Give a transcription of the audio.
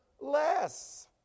less